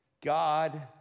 God